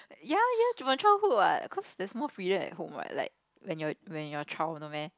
ya ya that was my childhood what cause there is more freedom at home what like when you when you are child no meh